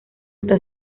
está